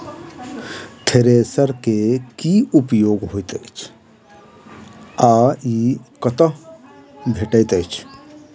Thresher केँ की उपयोग होइत अछि आ ई कतह भेटइत अछि?